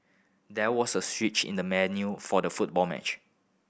there was a switch in the menu for the football match